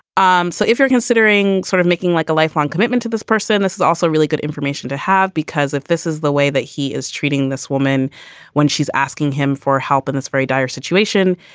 um so if you're considering sort of making like a lifelong commitment to this person, this is also really good information to have, because if this is the way that he is treating this woman when she's asking him for help in this very dire situation,